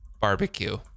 barbecue